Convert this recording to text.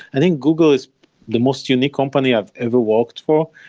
i think google is the most unique company i've ever worked for.